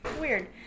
weird